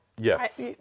Yes